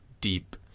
deep